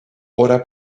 ora